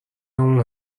اون